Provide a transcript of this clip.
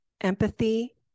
empathy